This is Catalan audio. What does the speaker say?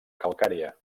calcària